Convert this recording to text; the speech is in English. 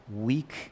weak